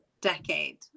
decade